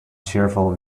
cheerful